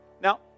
Now